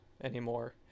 anymore